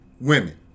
women